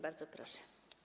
Bardzo proszę.